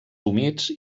humits